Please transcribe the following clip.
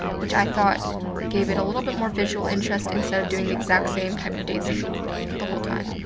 which i thought gave it a little bit more visual interest instead of doing the exact same type of daisy the whole time.